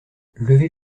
levez